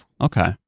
Okay